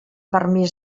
permís